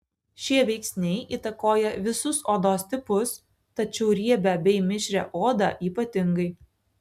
šie veiksniai įtakoja visus odos tipus tačiau riebią bei mišrią odą ypatingai